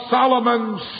Solomon's